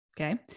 Okay